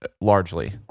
largely